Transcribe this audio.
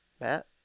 Matt